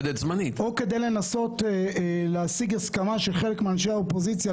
לא התייחסתי כלל לחוק השני של פקודת המשטרה,